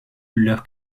leur